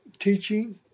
teaching